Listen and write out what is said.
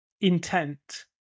intent